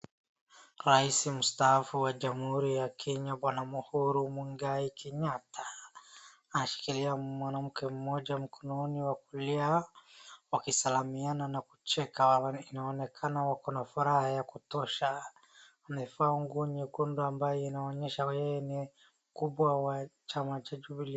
Rais mstaafu wa jamhuri ya Kenya bwana Uhuru Muigai Kenyatta ameshikilia mwanamke mmoja kwa mkono wa kulia wakisalamiana na kucheka. Inaonekana wako na furaha ya kutosha . Amevaa nguo nyekundu ambayo inaonyesha yeye ni mkubwa wa chama cha jubilee.